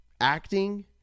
acting